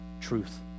truth